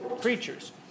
creatures